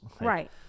Right